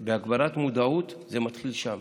הגברת מודעות, זה מתחיל שם.